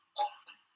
often